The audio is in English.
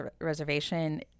reservation